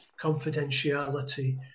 confidentiality